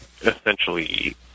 essentially